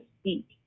speak